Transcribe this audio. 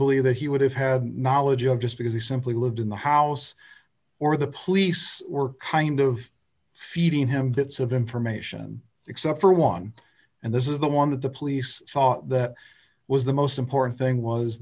arguably that he would have had knowledge of just because he simply lived in the house or the police were kind of feeding him bits of information except for one and this is the one that the police thought was the most important thing was